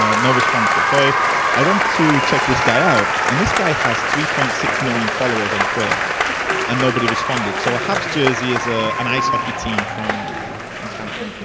ah no responses. so i went to take this guy out and this guy has three point six million followers on twitter and nobody responded. so ah habs jerseys is ah an ice hockey team from from canada.